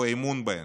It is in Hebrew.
הוא אמון בהן.